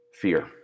Fear